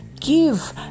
give